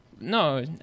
no